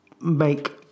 make